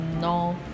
no